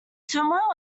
turmoil